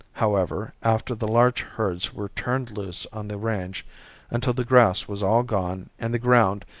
however, after the large herds were turned loose on the range until the grass was all gone and the ground,